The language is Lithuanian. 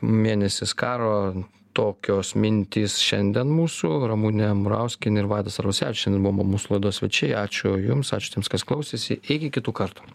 mėnesis karo tokios mintys šiandien mūsų ramunė murauskienė ir vaidas arvasevičius šiandien buvo mūsų laidos svečiai ačiū jums ačiū tiems kas klausėsi iki kitų kartų